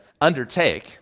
undertake